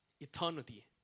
Eternity